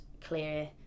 clear